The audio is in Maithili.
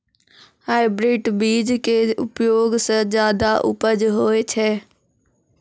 हाइब्रिड बीज के उपयोग सॅ ज्यादा उपज होय छै